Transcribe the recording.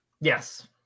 yes